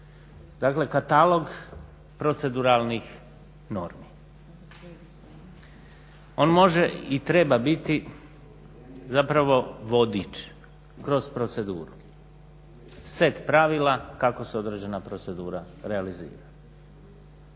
dakle katalog proceduralnih normi. On može i treba biti zapravo vodič kroz proceduru, set pravila kako se određena procedura realizira.